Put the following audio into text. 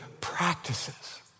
practices